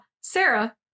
Sarah